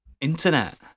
Internet